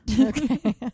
Okay